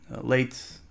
late